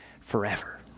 forever